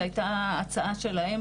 זו הייתה הצעה שלהם,